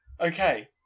Okay